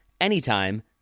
anytime